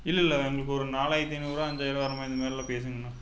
இல்லல்ல எங்களுக்கு ஒரு நாலாயிரத்து ஐநூறுபாய் அஞ்சாயிரருபாய் வரமாதிரி பேசுங்கண்ணா